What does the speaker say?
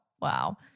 wow